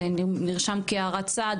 זה נרשם בהערת צד?